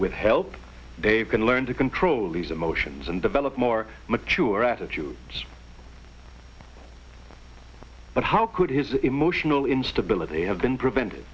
with help they can learn to control these emotions and develop more mature attitude but how could his emotional instability have been prevented